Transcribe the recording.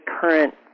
current